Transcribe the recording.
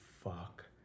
fuck